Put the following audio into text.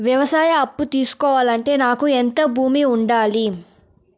వ్యవసాయ అప్పు తీసుకోవాలంటే నాకు ఎంత భూమి ఉండాలి?